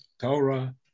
Torah